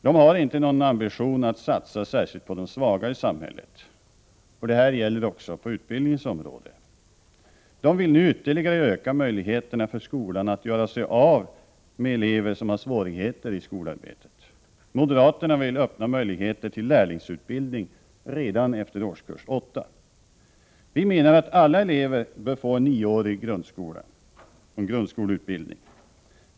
De har inte någon ambition att satsa särskilt på de svaga i samhället, och det gäller också på utbildningens område. De vill nu ytterligare öka möjligheterna för skolan att göra sig av med elever som har svårigheter i skolarbetet. Moderaterna vill öppna möjligheter till lärlingsutbildning redan efter årskurs 8. Vi menar att alla elever bör få en nioårig grundskoleutbildning.